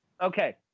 Okay